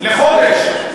לחודש.